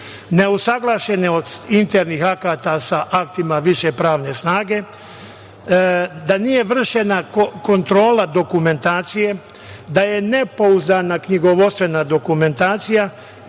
neusaglašene od internih akata sa aktima više pravne snage, da nije vršena kontrola dokumentacije, da je nepouzdana knjigovodstvena dokumentacija,